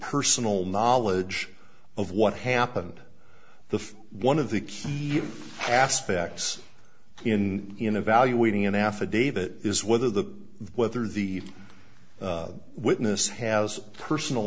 personal knowledge of what happened the one of the key aspects in in evaluating an affidavit is whether the whether the witness has personal